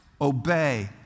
obey